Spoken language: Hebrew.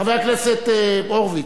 חבר הכנסת הורוביץ,